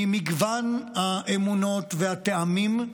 ממגוון האמונות והטעמים,